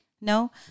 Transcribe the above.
No